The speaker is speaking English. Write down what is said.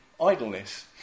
idleness